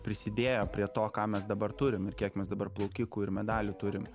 prisidėjo prie to ką mes dabar turim ir kiek mes dabar plaukikų ir medalių turim